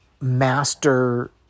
master